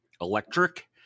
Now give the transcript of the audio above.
electric